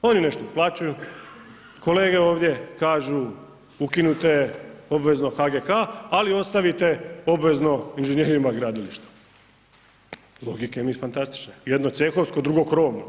Oni nešto uplaćuju, kolege ovdje kažu ukinite obvezno HGK ali ostavite obvezno inženjerima gradilišta, logike mi fantastične, jedno cehovsko, drugo krovno.